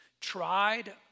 tried